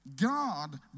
God